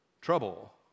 trouble